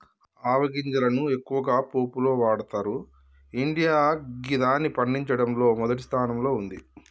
ఆవ గింజలను ఎక్కువగా పోపులో వాడతరు ఇండియా గిదాన్ని పండించడంలో మొదటి స్థానంలో ఉంది